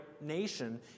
nation